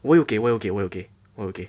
我有给我又给我有给我有给